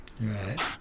Right